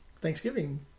Thanksgiving